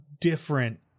different